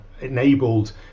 enabled